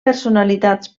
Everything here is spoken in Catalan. personalitats